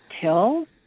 Till